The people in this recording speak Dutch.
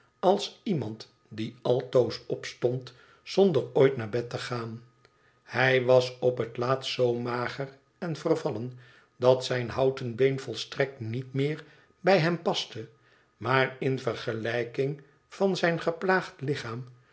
als iemand die altoos opstond zonder ooit naar bed te gaan hij was op het laatst zoo mager en vervallen dat zijn houten been volstrekt niet meer bij hem paste maar in vergelijking van zijn geplaagd lichaam